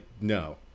no